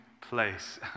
place